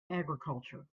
agriculture